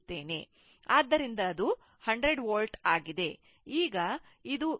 ಆದ್ದರಿಂದ ಅದು 100 volt ಆಗಿದೆ